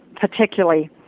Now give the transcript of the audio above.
particularly